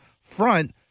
front